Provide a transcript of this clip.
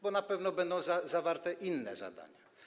Bo na pewno będą zawarte inne zadania.